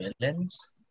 villains